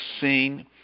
seen